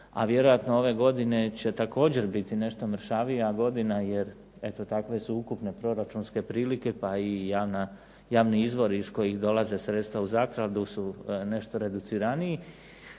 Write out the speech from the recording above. a vjerojatno ove godine će također biti nešto mršavija godina jer eto takve su ukupne proračunske prilike pa i javni izvori iz kojih dolaze sredstva u zakladu su nešto reduciraniji